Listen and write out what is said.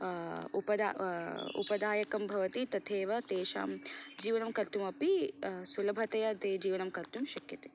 बहु उपदा उपादायकं भवति तथैव तेषां जीवनं कर्तुमपि सुलभतया ते जीवनं कर्तुं शक्यते